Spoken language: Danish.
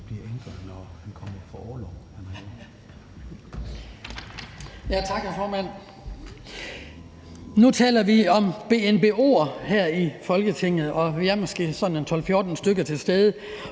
Nu taler vi om BNBO her i Folketingssalen, og vi er måske sådan en 12-14 stykker til stede,